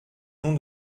nom